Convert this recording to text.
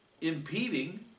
impeding